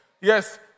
Yes